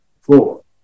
four